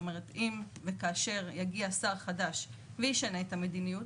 זאת אומרת אם וכאשר יגיע שר חדש וישנה את המדיניות,